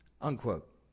unquote